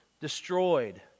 destroyed